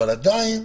אבל עדיין,